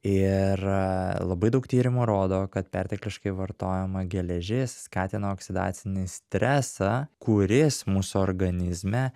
ir labai daug tyrimų rodo kad pertekliškai vartojama geležis skatina oksidacinį stresą kuris mūsų organizme